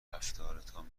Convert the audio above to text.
رفتارتان